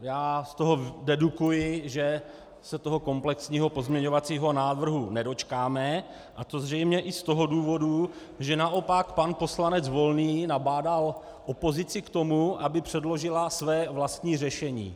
Já z toho dedukuji, že se toho komplexního pozměňovacího návrhu nedočkáme, a to zřejmě i z toho důvodu, že naopak pan poslanec Volný nabádal opozici k tomu, aby předložila své vlastní řešení.